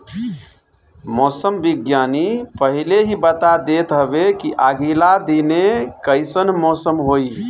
मौसम विज्ञानी पहिले ही बता देत हवे की आगिला दिने कइसन मौसम होई